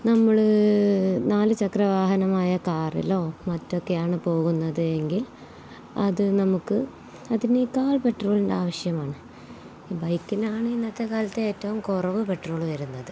നമ്മള് നാലുചക്രവാഹനമായ കാറിലോ മറ്റൊക്കെയാണു പോകുന്നത് എങ്കിൽ അതു നമുക്ക് അതിനേക്കാൾ പെട്രോളിൻ്റെ ആവശ്യമാണ് ഈ ബൈക്കിനാണ് ഇന്നത്തെ കാലത്ത് ഏറ്റവും കുറവ് പെട്രോള് വരുന്നത്